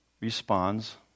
responds